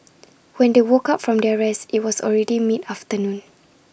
when they woke up from their rest IT was already mid afternoon